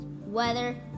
weather